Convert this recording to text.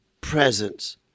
presence